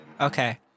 Okay